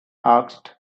asked